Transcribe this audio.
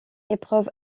épreuve